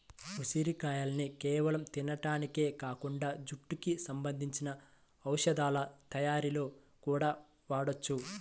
ఉసిరిగాయల్ని కేవలం తింటానికే కాకుండా జుట్టుకి సంబంధించిన ఔషధాల తయ్యారీలో గూడా వాడొచ్చు